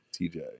TJ